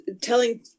telling